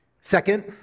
Second